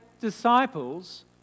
disciples